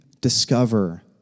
Discover